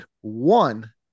One